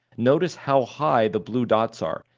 notice how high the blue dots are.